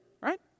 Right